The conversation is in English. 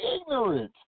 ignorant